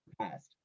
Past